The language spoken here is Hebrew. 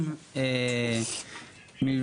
וחברת הכנסת קולט אביטל שהייתה בדיון בשבוע שעבר,